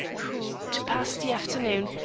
who, to pass the afternoon,